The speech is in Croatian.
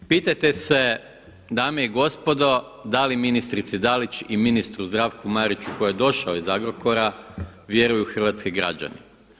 Pitajte se dame i gospodo da li ministrici Dalić i ministru Zdravku Mariću koji je došao iz Agrokora vjeruju hrvatski građani?